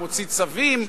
הוא מוציא צווים,